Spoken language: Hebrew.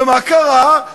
ומה קרה?